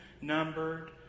numbered